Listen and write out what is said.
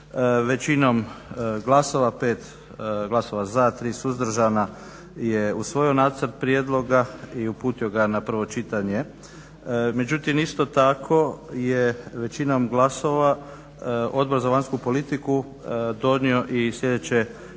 5 glasova za, 3 suzdržana je usvojio nacrt prijedloga i uputio ga na prvo čitanje. Međutim, isto tako je većinom glasova Odbor za vanjsku politiku donio i sljedeće